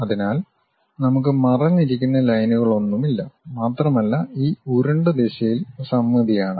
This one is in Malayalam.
അതിനാൽ നമുക്ക് മറഞ്ഞിരിക്കുന്ന ലൈനുകളൊന്നുമില്ല മാത്രമല്ല ഈ ഉരുണ്ട ദിശയിൽ സമമിതിയാണ്